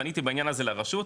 פניתי גם אני לרשות,